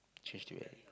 change together